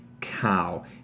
cow